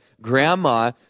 grandma